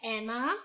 Emma